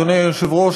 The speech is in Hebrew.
אדוני היושב-ראש,